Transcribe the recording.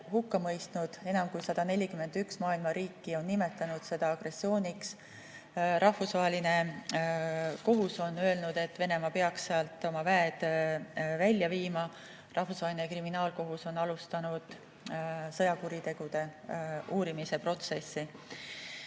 hukka mõistnud. Enam kui 141 maailma riiki on nimetanud seda agressiooniks. Rahvusvaheline kohus on öelnud, et Venemaa peaks sealt oma väed välja viima. Rahvusvaheline Kriminaalkohus on alustanud sõjakuritegude uurimise protsessi.